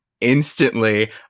instantly